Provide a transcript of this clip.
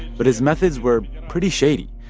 but his methods were pretty shady.